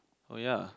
oh ya